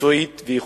מקצועית ואיכותית,